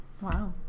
Wow